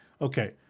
Okay